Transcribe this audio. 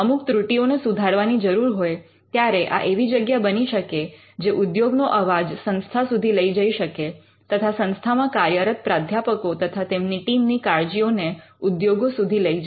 અમુક ત્રુટીઓને સુધારવાની જરૂર હોય ત્યારે આ એવી જગ્યા બની શકે જે ઉદ્યોગનો અવાજ સંસ્થા સુધી લઈ જઈ શકે તથા સંસ્થામાં કાર્યરત પ્રાધ્યાપકો તથા તેમની ટીમ ની કાળજીઓ ને ઉદ્યોગો સુધી લઈ જાય